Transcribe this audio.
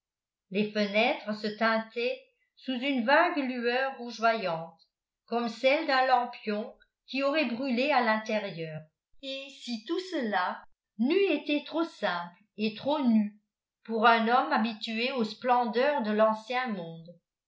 les fenêtres se teintaient sous une vague lueur rougeoyante comme celle d'un lampion qui aurait brûlé à l'intérieur et si tout cela n'eût été trop simple et trop nu pour un homme habitué aux splendeurs de l'ancien monde